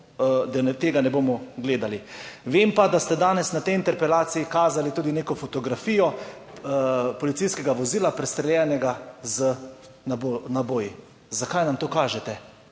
tega ne bomo gledali? Vem pa, da ste danes na tej interpelaciji kazali tudi neko fotografijo policijskega vozila prestreljenega z naboji. Zakaj nam to kažete?